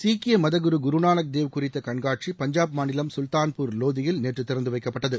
சீக்கிய மதக் குரு குருநானக் தேவ் குறித்த கண்காட்சி பஞ்சாப் மாநிலம் கல்தான்பூர் லோதியில் நேற்று திறந்து வைக்கப்பட்டது